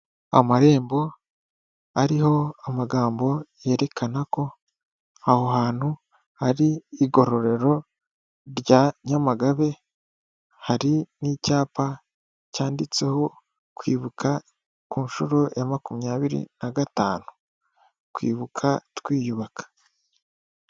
Amarembo ariho amagambo yerekana ko aho hantu hari igororero rya nyamagabe, hari n'icyapa cyanditseho kwibuka ku nshuro ya makumyabiri na gatanu twibuka twiyubaka.